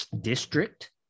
district